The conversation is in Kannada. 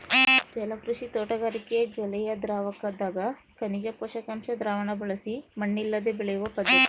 ಜಲಕೃಷಿ ತೋಟಗಾರಿಕೆ ಜಲಿಯದ್ರಾವಕದಗ ಖನಿಜ ಪೋಷಕಾಂಶ ದ್ರಾವಣ ಬಳಸಿ ಮಣ್ಣಿಲ್ಲದೆ ಬೆಳೆಯುವ ಪದ್ಧತಿ